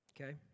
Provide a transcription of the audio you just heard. Okay